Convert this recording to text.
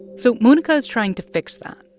so monica's trying to fix that.